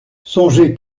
songez